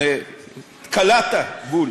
קלעת בול.